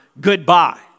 goodbye